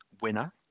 winner